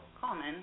common